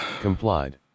Complied